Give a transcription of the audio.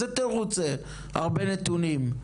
איזה תירוץ זה הרבה נתונים?